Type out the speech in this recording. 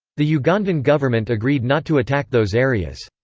the ugandan government agreed not to attack those areas.